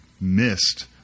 missed